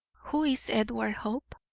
who is edward hope?